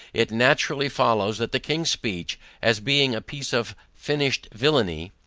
it naturally follows, that the king's speech, as being a piece of finished villany,